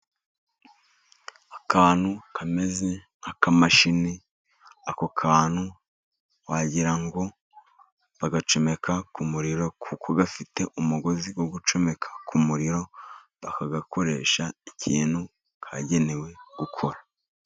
Akantu kameze nk'akamashini , ako kantu wagira ngo bagacomeka ku muriro , kuko gafite umugozi wo gucomeka ku muriro bakagakoresha ikintu kagenewe gukora.